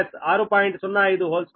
08662 6